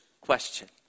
question